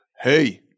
Hey